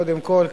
קודם כול,